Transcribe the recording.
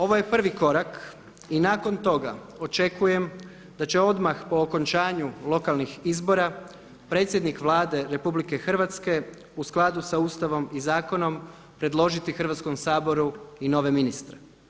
Ovo je prvi korak i nakon toga očekujem da će odmah po okončanju lokalnih izbora, predsjednik Vlade RH u skladu sa Ustavom i zakonom predložiti Hrvatskom saboru i nove ministre.